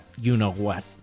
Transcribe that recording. you-know-what